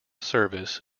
service